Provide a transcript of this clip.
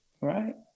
Right